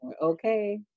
okay